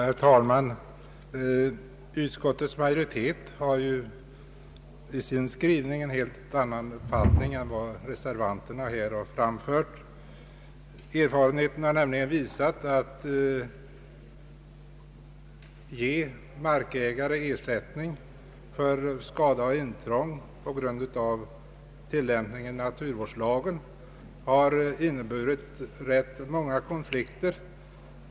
Herr talman! Utskottets majoritet hävdar i sin skrivning en helt annan uppfattning än den som reservanterna har framfört. Erfarenheterna har visat att möjligheten att ge markägare ersättning för skada och intrång på grund av tillämpningen av naturvårdslagen har skapat rätt många konflikter.